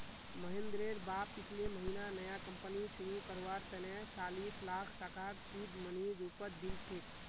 महेंद्रेर बाप पिछले महीना नया कंपनी शुरू करवार तने चालीस लाख टकार सीड मनीर रूपत दिल छेक